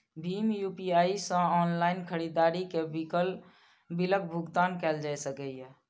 भीम UPI सं online खरीदारी के बिलक भुगतान कैल जा सकैए